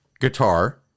guitar